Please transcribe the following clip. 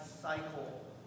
cycle